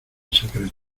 secretos